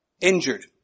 injured